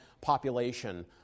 population